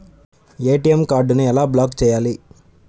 ATM కార్డుని ఎలా block చేయాలి?